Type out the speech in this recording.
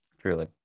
Truly